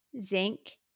zinc